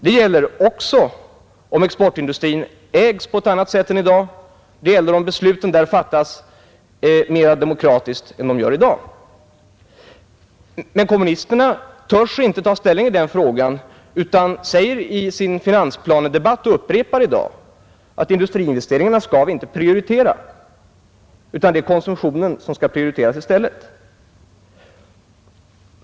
Det gäller också om exportindustrin ägs på ett annat sätt än i dag. Det gäller även om besluten där fattats mera demokratiskt än de gör i dag. Kommunisterna törs inte ta ställning i denna fråga utan sade i finansplanedebatten och upprepar i dag att industriinvesteringarna inte skall prioriteras. I stället skall konsumtionen prioriteras.